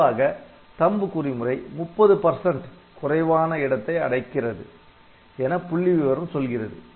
பொதுவாக THUMB குறிமுறை 30 குறைவான இடத்தை அடைக்கிறது என புள்ளி விவரம் சொல்கிறது